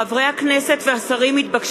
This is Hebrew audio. ותיק חברי הכנסת בנימין